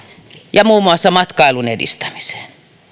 ja muun muassa matkailun edistämiseen